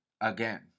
again